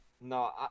no